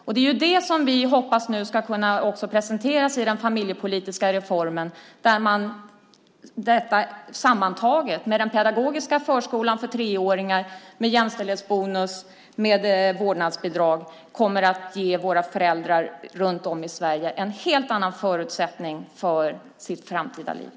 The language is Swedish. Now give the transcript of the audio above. Det är det som vi hoppas ska kunna presenteras i den familjepolitiska reformen, där detta sammantaget med den pedagogiska förskolan för treåringar, jämställdhetsbonus och vårdnadsbidrag kommer att ge föräldrar runt om i Sverige en helt annan förutsättning för sitt framtida liv.